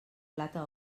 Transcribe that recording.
plata